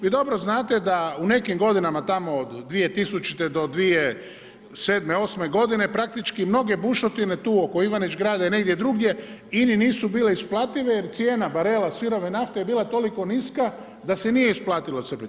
Vi dobro znate da u nekim godinama tamo od 2000. do 2007., osme godine praktički mnoge bušotine tu oko Ivanić Grada i negdje drugdje INA-i nisu bile isplative jer cijena barela sirove nafte je bila toliko niska da se nije isplatilo crpiti.